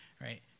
Right